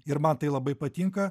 ir man tai labai patinka